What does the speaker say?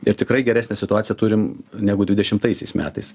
ir tikrai geresnę situaciją turim negu dvidešimtaisiais metais